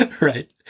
Right